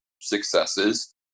successes